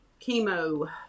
chemo